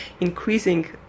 increasing